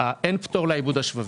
אין פטור לעיבוד השבבי.